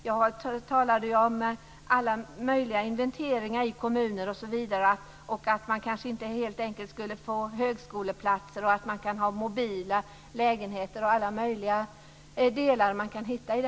Jag talade ju om alla möjliga inventeringar i kommuner osv. och om att man kanske inte helt enkelt skulle få högskoleplatser, att man kunde ha mobila lägenheter osv.